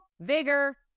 vigor